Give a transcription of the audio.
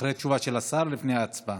אחרי התשובה של השר, לפני ההצבעה.